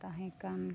ᱛᱟᱦᱮᱸ ᱠᱟᱱ